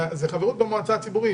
זו חברות במועצה הציבורית.